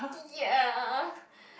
ya